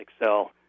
excel